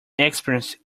experience